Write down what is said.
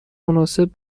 مناسب